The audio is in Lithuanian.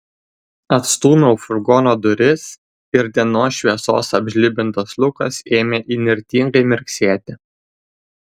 atstūmiau furgono duris ir dienos šviesos apžlibintas lukas ėmė įnirtingai mirksėti